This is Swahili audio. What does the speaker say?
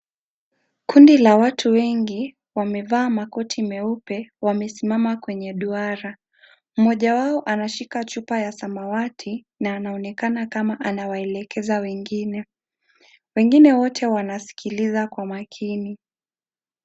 Kundi la watu wengi wamevaa makoti meupe wamesimama kwenye duara. Mmoja wao anashika chupa ya samawati na anaonekana kama anawaelekeza wengine. Wengine wote wanasikiliza kwa makini.